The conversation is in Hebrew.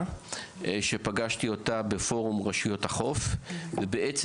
פגשתי אותה בפורום רשויות החוף ולמעשה